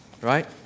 right